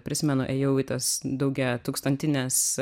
prisimenu ėjau į tas daugiatūkstantines